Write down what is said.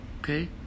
okay